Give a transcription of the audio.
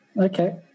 Okay